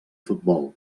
futbol